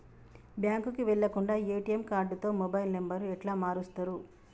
బ్యాంకుకి వెళ్లకుండా ఎ.టి.ఎమ్ కార్డుతో మొబైల్ నంబర్ ఎట్ల మారుస్తరు?